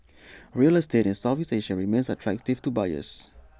real estate in Southeast Asia remains attractive to buyers